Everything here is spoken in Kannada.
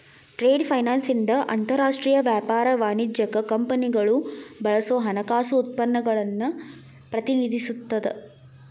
ಟ್ರೇಡ್ ಫೈನಾನ್ಸ್ ಇಂದ ಅಂತರಾಷ್ಟ್ರೇಯ ವ್ಯಾಪಾರ ವಾಣಿಜ್ಯಕ್ಕ ಕಂಪನಿಗಳು ಬಳಸೋ ಹಣಕಾಸು ಉತ್ಪನ್ನಗಳನ್ನ ಪ್ರತಿನಿಧಿಸುತ್ತ